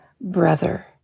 brother